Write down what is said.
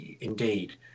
Indeed